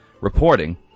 Reporting